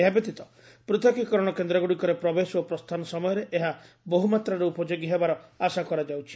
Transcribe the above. ଏହା ବ୍ୟତୀତ ପୃଥକୀକରଣ କେନ୍ଦ୍ରଗୁଡ଼ିକରେ ପ୍ରବେଶ ଓ ପ୍ରସ୍ଥାନ ସମୟରେ ଏହା ବହୁ ମାତ୍ରାରେ ଉପଯୋଗୀ ହେବାର ଆଶା କରାଯାଉଛି